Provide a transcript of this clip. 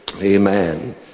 Amen